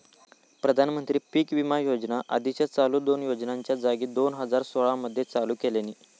प्रधानमंत्री पीक विमा योजना आधीच्या चालू दोन योजनांच्या जागी दोन हजार सोळा मध्ये चालू केल्यानी